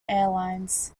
airlines